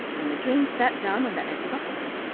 and the dream sat down on the edge of the hole.